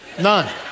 None